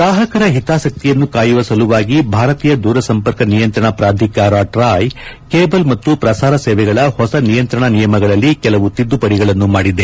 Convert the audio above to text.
ಗ್ರಾಹಕರ ಹಿತಾಸಕ್ಕಿಯನ್ನು ಕಾಯುವ ಸಲುವಾಗಿ ಭಾರತೀಯ ದೂರಸಂಪರ್ಕ ನಿಯಂತ್ರಣ ಪ್ರಾಧಿಕಾರ ಟ್ರಾಯ್ ಕೇಬಲ್ ಮತ್ತು ಪ್ರಸಾರ ಸೇವೆಗಳ ಹೊಸ ನಿಯಂತ್ರಣ ನಿಯಮಗಳಲ್ಲಿ ಕೆಲವು ತಿದ್ದುಪದಿಗಳನ್ನು ಮಾಡಿದೆ